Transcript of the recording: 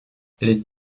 les